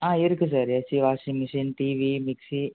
ஆ இருக்குது sir AC washing machine TV mixie